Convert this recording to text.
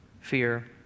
fear